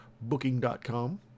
Booking.com